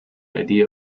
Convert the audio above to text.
idea